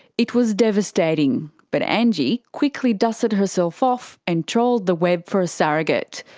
it was devastating, but angie quickly dusted herself off and trawled the web for a surrogate.